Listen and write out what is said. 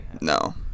no